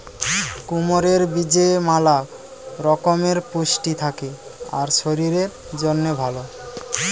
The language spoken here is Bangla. কুমড়োর বীজে ম্যালা রকমের পুষ্টি থাকে আর শরীরের জন্যে ভালো